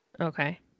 Okay